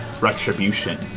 retribution